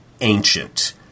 ancient